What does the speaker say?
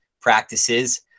practices